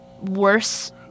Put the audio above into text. worse